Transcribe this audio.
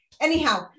Anyhow